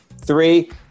three